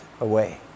away